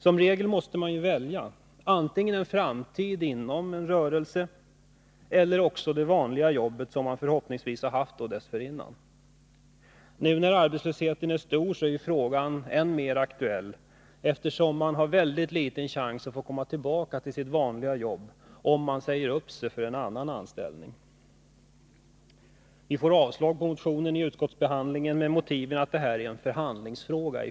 Som regel måste man välja, antingen en framtid inom en rörelse eller också det vanliga jobbet, som man förhoppningsvis har haft dessförinnan. Nu när arbetslösheten är stor är frågan än mer aktuell, eftersom man har en mycket liten chans att få komma tillbaka till sitt gamla jobb om man säger upp sig för en annan anställning. Vår motion avstyrktes vid utskottsbehandlingen med motivet att detta i första hand är en förhandlingsfråga.